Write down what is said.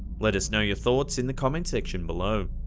let us know your thoughts in the comments section below.